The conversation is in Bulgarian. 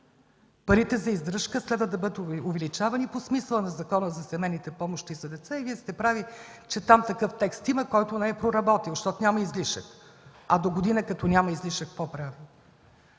Парите за издръжка следва да бъдат увеличавани по смисъла на Закона за семейните помощи за деца и Вие сте прави, че там такъв текст има, който не е проработил, защото няма излишък, а догодина като няма излишък, какво